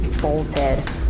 bolted